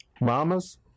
Mamas